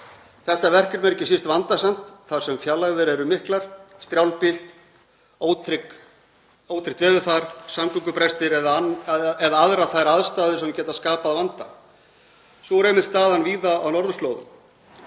Þetta verkefni er ekki síst vandasamt þar sem fjarlægðir eru miklar, strjálbýlt, ótryggt veðurfar, samgöngubrestir eða aðrar þær aðstæður sem geta skapað vanda. Sú er einmitt staðan víða á norðurslóðum.